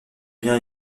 bien